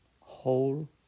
whole